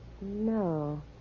No